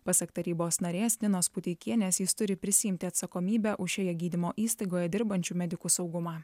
pasak tarybos narės ninos puteikienės jis turi prisiimti atsakomybę už šioje gydymo įstaigoje dirbančių medikų saugumą